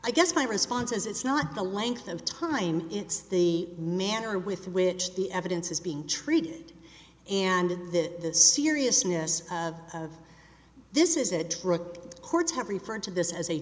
i guess my response is it's not the length of time it's the manner with which the evidence is being treated and the seriousness of this is a drug courts have referred to this as a